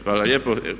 Hvala lijepo.